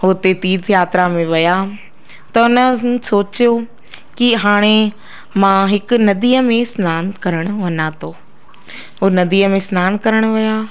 हुते तीर्थ यात्रा में विया त उन्हनि सोचियो कि हाणे मां हिकु नदीअ में सनानु करणु वञा थो हो नदीअ में सनानु करणु विया